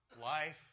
life